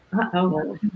uh-oh